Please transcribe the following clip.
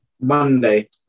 Monday